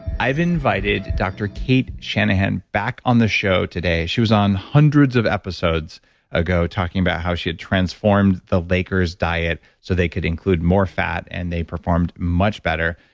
i've invited dr. cate shanahan back on the show today. she was on hundreds of episodes ago talking about how she had transformed the lakers' diet so they could include more fat and they performed much better,